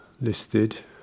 listed